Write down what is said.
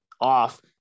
off